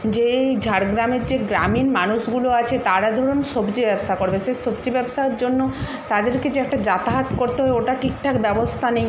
যেই ঝাড়গ্রামের যে গ্রামীণ মানুষগুলো আছে তারা ধরুন সবজি ব্যবসা করবে সে সবজি ব্যবসার জন্য তাদেরকে যে একটা যাতায়াত করতে হয় ওটা ঠিকঠাক ব্যবস্থা নেই